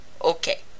Okay